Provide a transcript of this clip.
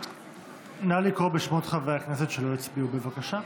נא לקרוא בשמות חברי הכנסת שלא הצביעו, בבקשה.